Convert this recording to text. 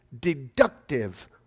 deductive